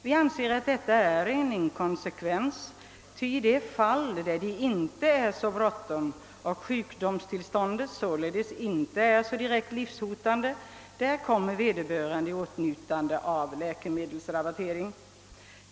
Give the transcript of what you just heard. Vi anser att detta är en inkonsekvens, ty i de fall där det inte är så bråttom och sjukdomstillståndet således inte är så direkt livshotande kommer vederbörande i åtnjutande av läkemedelsrabattering.